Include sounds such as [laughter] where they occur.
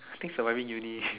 I think surviving uni [laughs]